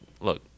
look